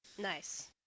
Nice